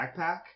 backpack